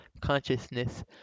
consciousness